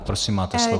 Prosím, máte slovo.